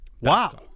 Wow